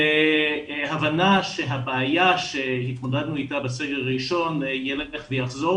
בהבנה שהבעיה שהתמודדנו איתה בסגר הראשון תחזור